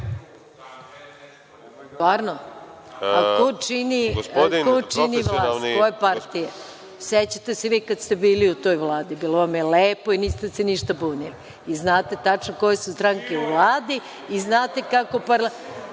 ne.)Stvarno? A ko čini vlast, koje partije? Sećate se, kada ste bili u toj Vladi? Bilo vam je lepo i niste se ništa bunili. I znate tačno koje su stranke u Vladi i znate kako parlament….(Saša